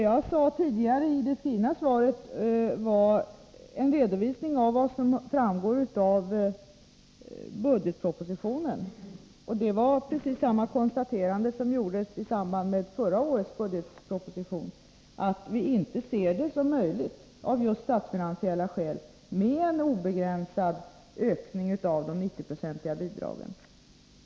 Jag redovisade tidigare, i det skrivna svaret, vad som framgår av budgetpropositionen. Precis samma konstaterande gjordes i samband med förra årets budgetproposition, nämligen att vi inte anser det vara möjligt — av just statsfinansiella skäl — att få till stånd en obegränsad ökning av de 90-procentiga bidragen.